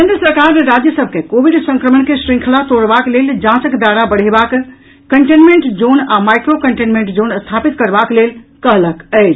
केन्द्र सरकार राज्य सभ के कोविड संक्रमण के श्रृंखला तोड़बाक लेल जांचक दायरा बढ़ेबाक कंटेनमेंट जोन आ माईक्रो कंटेनमेंट जोन स्थापित करबाक लेल कहलक अछि